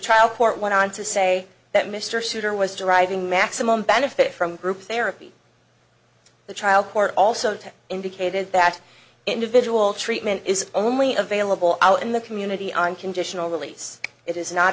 trial court went on to say that mr souter was deriving maximum benefit from group therapy the trial court also indicated that individual treatment is only available out in the community on conditional release it is not